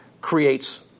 creates